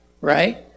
right